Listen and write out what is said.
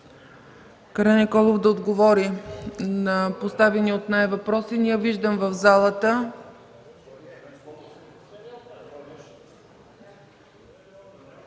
Караниколов да отговори на поставени от нея въпроси. Не я виждам в залата.